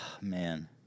man